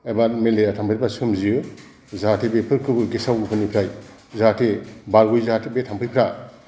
एबा मेलेरिया थाम्फैफोरा सोमजियो जाहाथे बेफोरखौबो गेसाव गोफोननिफ्राय जाहाथे बारग'यो जाहाथे बे थाम्फैफ्रा